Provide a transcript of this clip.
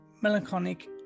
melancholic